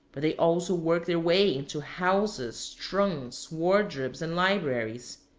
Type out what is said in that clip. but they also work their way into houses, trunks, wardrobes, and libraries.